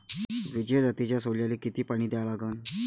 विजय जातीच्या सोल्याले किती पानी द्या लागन?